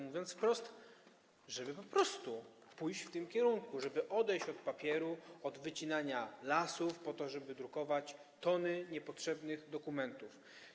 Mówiąc wprost: żeby po prostu pójść w tym kierunku, żeby odejść od papieru, od wycinania lasów po to, żeby drukować tony niepotrzebnych dokumentów.